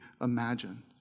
imagine